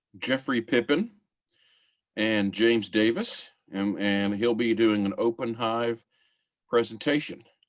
jeffrey pippin and james davis um and he'll be doing an open hive presentation.